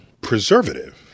preservative